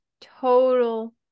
total